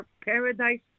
paradise